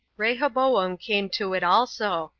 rehoboam came to it also,